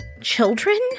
children